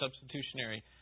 substitutionary